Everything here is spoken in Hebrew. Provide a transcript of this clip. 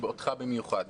ואותך במיוחד.